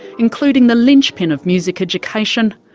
including the lynchpin of music education,